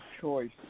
choice